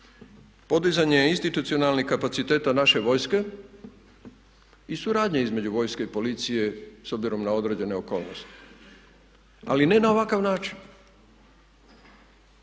Podizanje institucionalnih kapaciteta naše vojske i suradnja između vojske i policije s obzirom na određene okolnosti, ali ne na ovakav način.